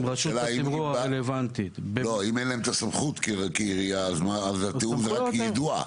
השאלה אם אין להם סמכות כעירייה כי תיאום זה רק יידוע?